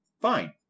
Fine